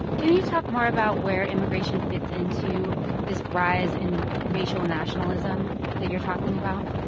can you talk more about where immigration fits into this rise in racial nationalism that you're talking about?